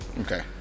okay